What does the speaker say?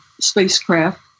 spacecraft